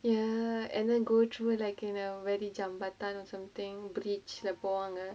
ya and then go through like and a very sampatha எதோ:etho something bridge lah போவாங்க:povaanga